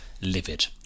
livid